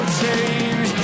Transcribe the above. change